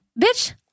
Bitch